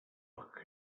book